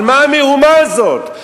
על מה המהומה הזאת?